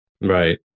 right